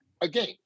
Again